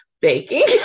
baking